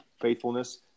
faithfulness